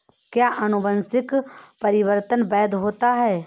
क्या अनुवंशिक परिवर्तन वैध होता है?